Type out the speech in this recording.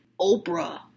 Oprah